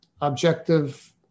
objective